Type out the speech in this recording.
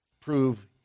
prove